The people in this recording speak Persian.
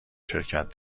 شرکت